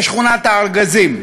בשכונת-הארגזים.